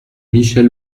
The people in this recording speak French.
michèle